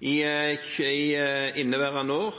I inneværende år